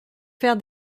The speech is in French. faire